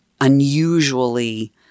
unusually